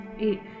eight